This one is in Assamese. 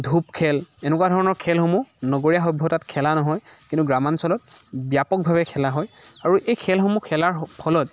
ধূপ খেল এনেকুৱা ধৰণৰ খেলসমূহ নগৰীয়া সভ্যতাত খেলা নহয় কিন্তু গ্ৰাম্যাঞ্চলত ব্যাপকভাৱে খেলা হয় আৰু এই খেলসমূহ খেলাৰ ফলত